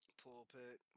pulpit